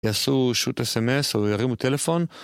יעשו שו"ת סמס או ירימו טלפון.